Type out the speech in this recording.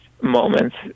moments